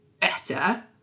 better